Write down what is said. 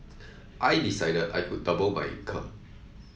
I decided I could double my income